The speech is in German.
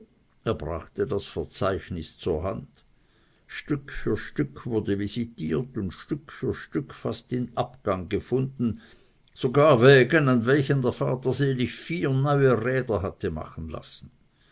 er brachte das verzeichnis zur hand stück für stück wurde visitiert und stück für stück fast in abgang gefunden sogar wägen an welche der vater sel vier neue räder hatte machen lassen